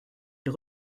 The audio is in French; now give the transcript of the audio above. ils